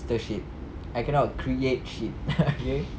stir shit I cannot create shit okay